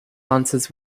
answers